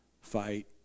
fight